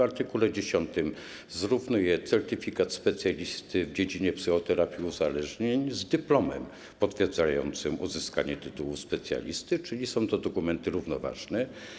Art. 10 zrównuje certyfikat specjalisty w dziedzinie psychoterapii uzależnień z dyplomem potwierdzającym uzyskanie tytułu specjalisty, czyli są to dokumenty równoważne.